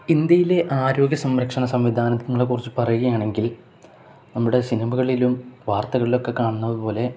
ഇന്ത്യയിലെ ആരോഗ്യ സംരക്ഷണ സംവിധാനങ്ങളെക്കുറിച്ച് പറയുകയാണെങ്കിൽ നമ്മുടെ സിനിമകളിലും വാർത്തകളിലൊക്കെ കാണുന്നതുപോലെ